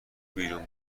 بیرون